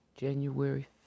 January